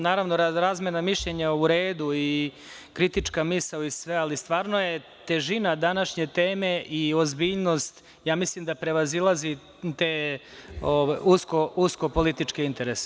Naravno, razmena mišljenja, u redu, kritička misao i sve ostalo, ali stvarno težina današnje teme i ozbiljnost mislim da prevazilazi te usko političke interese.